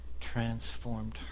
transformed